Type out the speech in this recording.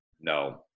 No